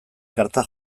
karta